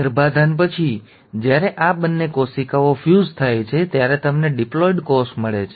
ગર્ભાધાન પછી જ્યારે આ બંને કોશિકાઓ ફ્યુઝ થાય છે ત્યારે તમને ડિપ્લોઇડ કોષ મળે છે